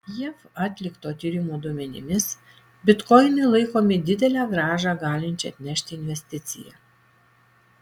jav atlikto tyrimo duomenimis bitkoinai laikomi didelę grąžą galinčia atnešti investicija